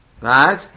right